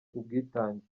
ubwitange